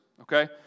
Okay